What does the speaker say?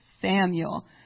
Samuel